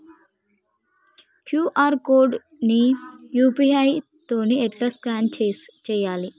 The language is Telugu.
క్యూ.ఆర్ కోడ్ ని యూ.పీ.ఐ తోని ఎట్లా స్కాన్ చేయాలి?